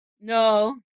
no